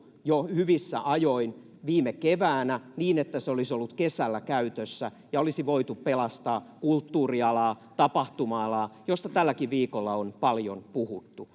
jo hyvissä ajoin viime keväänä, niin että se olisi ollut kesällä käytössä ja olisi voitu pelastaa kulttuurialaa, tapahtuma-alaa, josta tälläkin viikolla on paljon puhuttu.